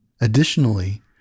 Additionally